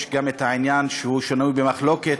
יש גם העניין שהוא שנוי במחלוקת,